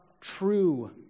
true